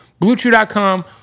BlueChew.com